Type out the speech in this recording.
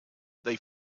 they